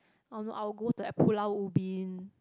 oh no I'll go to like Pulau-Ubin